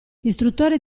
istruttore